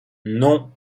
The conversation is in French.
non